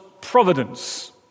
providence